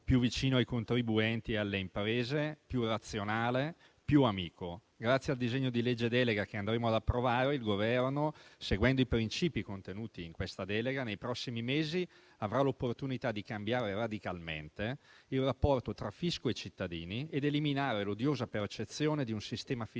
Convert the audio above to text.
più vicino ai contribuenti e alle imprese, più razionale e più amico. Grazie al disegno di legge delega che andremo ad approvare, il Governo, seguendo i principi contenuti nella delega, nei prossimi mesi avrà l'opportunità di cambiare radicalmente il rapporto tra fisco e cittadini ed eliminare l'odiosa percezione di un sistema fiscale